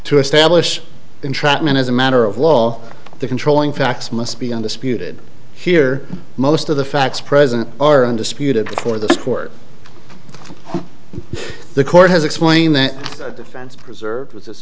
to establish entrapment as a matter of law the controlling facts must be undisputed here most of the facts present are undisputed before the court the court has explained that defense preserved with this